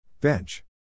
Bench